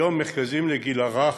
היום מרכזים לגיל הרך,